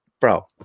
bro